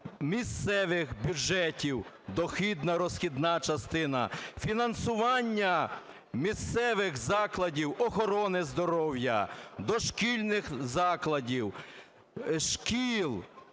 місцевих бюджетів, дохідно-розхідна частина, фінансування місцевих закладів охорони здоров'я, дошкільних закладів, шкіл